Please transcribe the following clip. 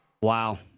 Wow